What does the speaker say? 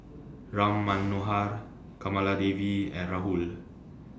Ram Manohar Kamaladevi and Rahul